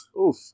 Oof